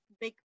big